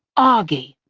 auggie,